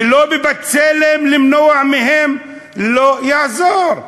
ולא ב"בצלם", למנוע מהם, לא יעזור.